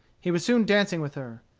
he was soon dancing with her.